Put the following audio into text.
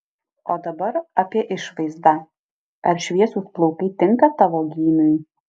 o dabar apie išvaizdą ar šviesūs plaukai tinka tavo gymiui